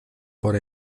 por